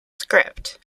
script